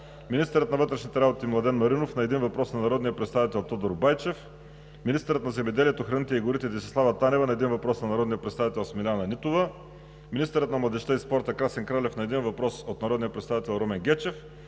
министърът на вътрешните работи Младен Маринов – на един въпрос от народния представител Тодор Байчев; - министърът на земеделието, храните и горите Десислава Танева – на един въпрос от народния представител Смиляна Нитова; - министърът на младежта и спорта Красен Кралев – на един въпрос от народния представител Румен Гечев;